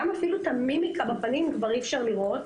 גם אפילו את המימיקה בפנים כבר אי אפשר לראות.